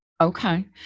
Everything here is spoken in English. Okay